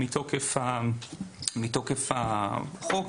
מתוקף החוק,